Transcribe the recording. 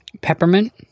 Peppermint